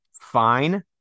fine